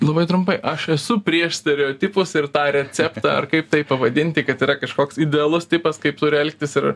labai trumpai aš esu prieš stereotipus ir tą receptą ar kaip tai pavadinti kad yra kažkoks idealus tipas kaip turi elgtis ir